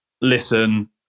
listen